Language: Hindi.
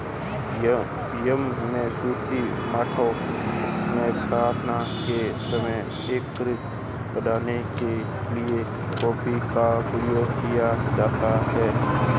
यमन में सूफी मठों में प्रार्थना के समय एकाग्रता बढ़ाने के लिए कॉफी का प्रयोग किया जाता था